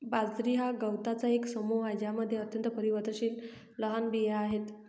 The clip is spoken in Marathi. बाजरी हा गवतांचा एक समूह आहे ज्यामध्ये अत्यंत परिवर्तनशील लहान बिया आहेत